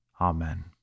Amen